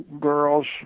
girls